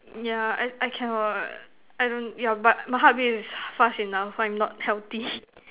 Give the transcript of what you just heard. yeah I I cannot I don't yeah but my heart beat is fast enough I'm not healthy